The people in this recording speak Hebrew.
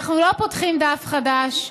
אנחנו לא פותחים דף חדש,